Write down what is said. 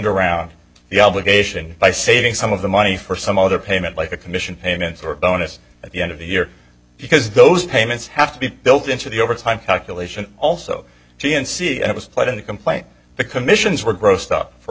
around the obligation by saving some of the money for some other payment like a commission payments or a bonus at the end of the year because those payments have to be built into the overtime calculation also gnc i was put in a complaint the commissions were grossed up for